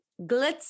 glitz